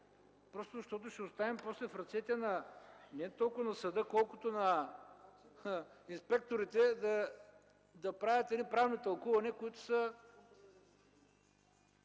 просто защото ще останем после в ръцете не толкова на съда, колкото на инспекторите да правят едни правни тълкувания...,